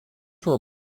were